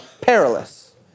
perilous